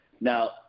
Now